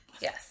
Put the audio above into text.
Yes